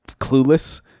Clueless